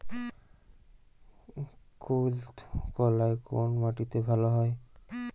কুলত্থ কলাই কোন মাটিতে ভালো হয়?